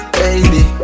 baby